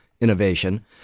innovation